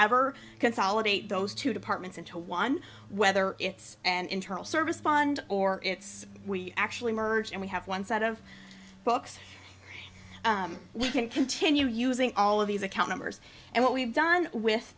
ever consolidate those two departments into one whether it's an internal service fund or it's we actually merge and we have one set of books we can continue using all of these account numbers and what we've done with